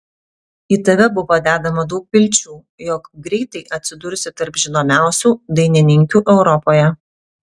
į tave buvo dedama daug vilčių jog greitai atsidursi tarp žinomiausių dainininkių europoje